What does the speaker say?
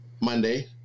monday